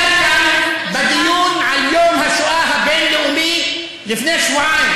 בדיון על יום השואה הבין-לאומי לפני שבועיים,